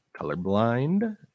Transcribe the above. colorblind